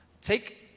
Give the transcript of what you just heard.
take